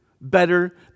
better